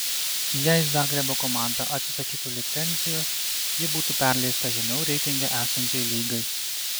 jei zagrebo komanda atsisakytų licencijos ji būtų perleista žemiau reitinge esančiai lygai